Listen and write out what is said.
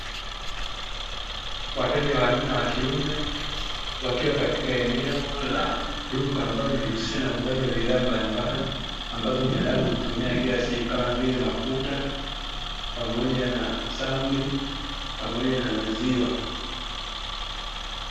Wateja wanne wa kiume wakiwa katika eneo la duka, ambalo linajihusisha na uuzaji wa bidhaa mbalimbali, ambazo binadamu huzitumia kila siku kama vile; mafuta, pamoja na samli, pamoja na maziwa.